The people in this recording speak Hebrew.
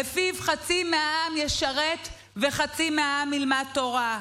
שלפיו חצי מהעם ישרת וחצי מהעם ילמד תורה?